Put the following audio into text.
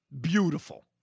Beautiful